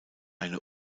eine